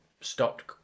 stopped